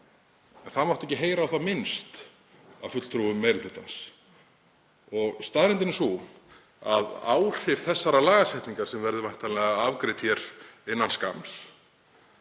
En það mátti ekki heyra á það minnst af fulltrúum meiri hlutans. Staðreyndin er sú að áhrifa þessarar lagasetningar, sem verður væntanlega afgreidd hér innan skamms,